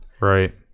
right